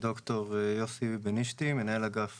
ד"ר יוסי בנישתי, מנהל אגף